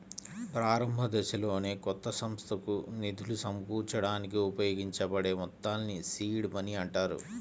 ప్రారంభదశలోనే కొత్త సంస్థకు నిధులు సమకూర్చడానికి ఉపయోగించబడే మొత్తాల్ని సీడ్ మనీ అంటారు